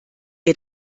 ihr